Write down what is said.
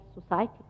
society